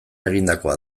egindakoa